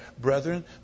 brethren